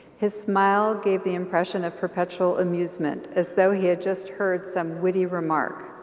his smile gave the impression of perpetual amusement. as though he had just heard some witty remark.